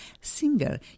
singer